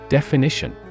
Definition